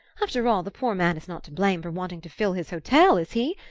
after all, the poor man is not to blame for wanting to fill his hotel, is he?